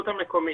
הרשות המקומית.